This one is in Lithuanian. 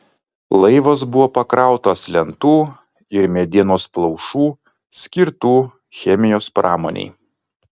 laivas buvo pakrautas lentų ir medienos plaušų skirtų chemijos pramonei